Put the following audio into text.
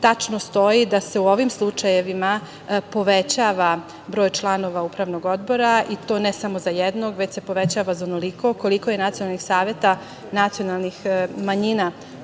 tačno stoji da se u ovim slučajevima povećava broj članova upravnog odbora i to ne samo za jednog, već se povećava za onoliko koliko je nacionalnih saveta nacionalnih manjina